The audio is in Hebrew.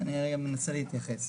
אני רגע מנסה להתייחס,